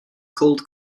cold